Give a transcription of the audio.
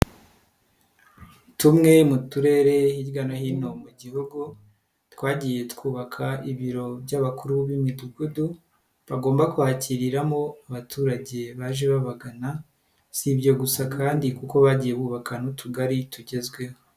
Tumwe mu turere hirya no hino mu gihugu, twagiye twubaka ibiro by'abakuru b'imidugudu, bagomba kwakiriramo abaturage baje babagana, si ibyo gusa kandi kuko bagiye bubaka n'utugari tugezweho.